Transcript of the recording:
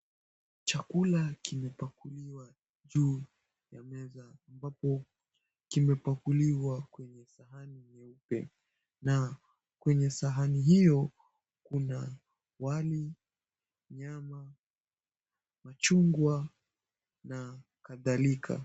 Chakula kimepakuliwa juu ya meza ambapo kimepakuliwa kwenye sahani nyeupe na kwenye sahani hio kuna wali, nyama, machungwa na kadhalika.